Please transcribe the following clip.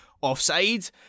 offside